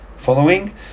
Following